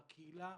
הקהילה.